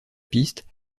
piste